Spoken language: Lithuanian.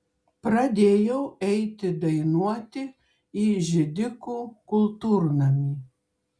pradėjau eiti dainuoti į židikų kultūrnamį